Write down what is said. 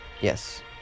Yes